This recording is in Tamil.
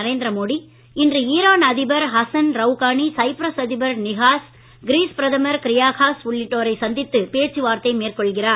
நரேந்திரமோடி இன்று ஈரான் அதிபர் ஹசன் ளைஹானி சைப்ரஸ் அதிபர் நிகாஸ் கிரீஸ் பிரதமர் க்ரியாகாஸ் உள்ளிட்டோரை சந்தித்து பேச்சுவார்த்தை மேற்கொள்கிறார்